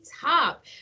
top